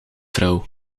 vrouw